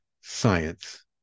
science